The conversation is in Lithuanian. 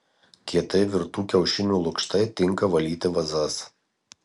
kietai virtų kiaušinių lukštai tinka valyti vazas